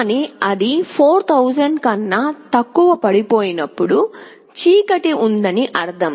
కానీ అది 4000 కన్నా తక్కువ పడిపోయినప్పుడు చీకటి ఉందని అర్థం